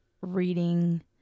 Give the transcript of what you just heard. reading